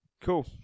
Cool